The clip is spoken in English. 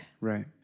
Right